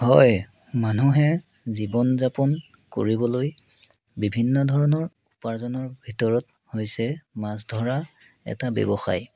হয় মানুহে জীৱন যাপন কৰিবলৈ বিভিন্ন ধৰণৰ উপাৰ্জনৰ ভিতৰত হৈছে মাছ ধৰা এটা ব্যৱসায়